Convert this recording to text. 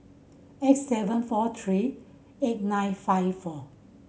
eight seven four three eight nine five four